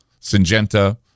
Syngenta